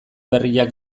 berriak